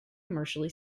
commercially